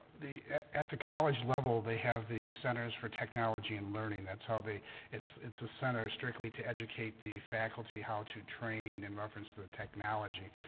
the at the college level they have the centers for technology and learning that's how they it's it's a center strictly to educate the faculty how to train in reference to the technology